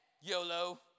YOLO